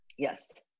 Yes